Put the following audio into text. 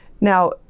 Now